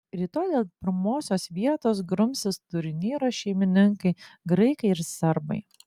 rytoj dėl pirmosios vietos grumsis turnyro šeimininkai graikai ir serbai